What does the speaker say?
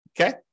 Okay